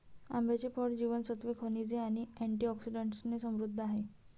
आंब्याचे फळ जीवनसत्त्वे, खनिजे आणि अँटिऑक्सिडंट्सने समृद्ध आहे